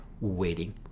waiting